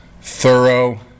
thorough